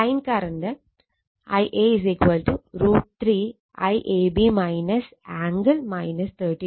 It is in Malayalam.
line current Ia √ 3 IAB angle 30o